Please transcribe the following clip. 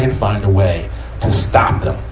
and find a way to stop them.